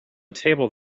table